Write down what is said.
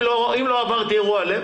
אם לא עברתי אירוע לב,